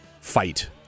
fight